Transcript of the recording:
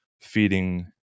feeding